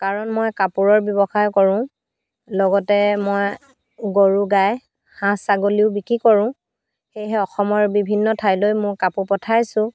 কাৰণ মই কাপোৰৰ ব্যৱসায় কৰোঁ লগতে মই গৰু গাই হাঁহ ছাগলীও বিক্ৰী কৰোঁ সেয়েহে অসমৰ বিভিন্ন ঠাইলৈ মোৰ কাপোৰ পঠাইছোঁ